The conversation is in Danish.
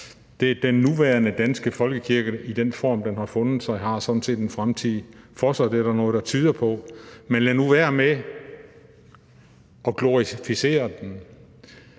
set, at den nuværende danske folkekirke i den form, den befinder sig, har en fremtid for sig. Det er der noget, der tyder på, men lad nu være med at glorificere den.